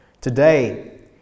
Today